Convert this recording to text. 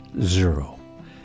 zero